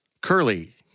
Curly